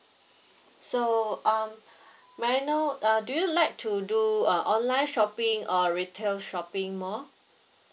so um may I know uh do you like to do uh online shopping or retail shopping mall